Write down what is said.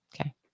Okay